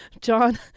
John